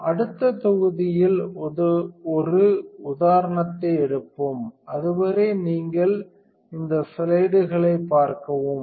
நாம் அடுத்த தொகுதியில் ஒரு உதாரணத்தை எடுப்போம் அதுவரை நீங்கள் இந்த ஸ்லைடுகளை பார்க்கவும்